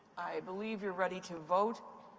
i believe you're ready to vote.